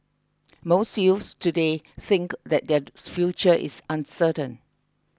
most youths today think that their future is uncertain